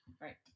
Right